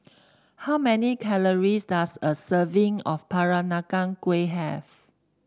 how many calories does a serving of Peranakan Kueh have